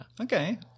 Okay